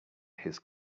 his